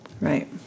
Right